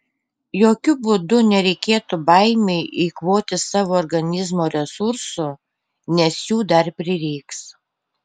jokiu būdu nereikėtų baimei eikvoti savo organizmo resursų nes jų dar prireiks